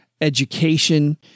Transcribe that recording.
education